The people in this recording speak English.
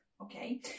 okay